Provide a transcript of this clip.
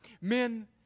Men